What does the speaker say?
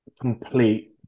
complete